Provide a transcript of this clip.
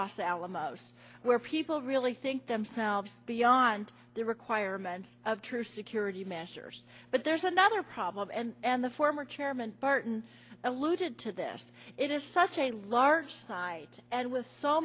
los alamos where people really think themselves beyond the requirements of true security measures but there's another problem and the former chairman burton alluded to this it is such a large side and wit